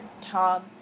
tom